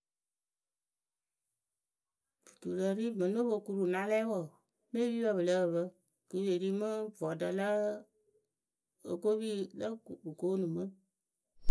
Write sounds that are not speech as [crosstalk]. Duturǝ ɖi mɨŋ no po kuru na lɛ wǝǝ mɨ epipǝ pɨ lǝh pǝ kɨ pɨ pe ri mɨ vɔɖǝ lǝǝ. okopi lǝ [unintelligible] pɨ koonu mɨ.